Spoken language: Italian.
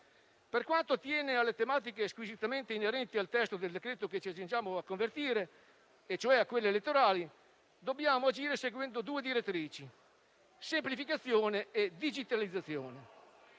Per quanto attiene alle tematiche squisitamente inerenti al testo del decreto-legge che ci accingiamo a convertire, quelle elettorali, dobbiamo agire seguendo due direttrici: semplificazione e digitalizzazione.